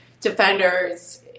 defenders